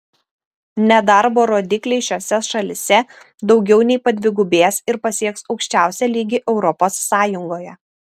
nedarbo rodikliai šiose šalyse daugiau nei padvigubės ir pasieks aukščiausią lygį europos sąjungoje